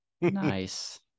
Nice